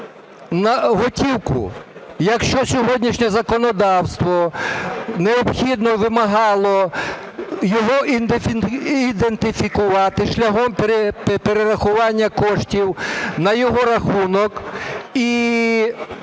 готівку. Якщо сьогоднішнє законодавство вимагало його ідентифікувати шляхом перерахування коштів на його рахунок, і